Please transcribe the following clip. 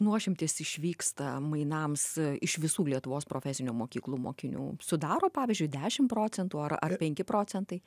nuošimtis išvyksta mainams iš visų lietuvos profesinių mokyklų mokinių sudaro pavyzdžiui dešimt procentų ar ar penki procentai